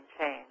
change